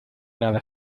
nada